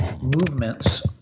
movements